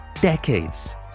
decades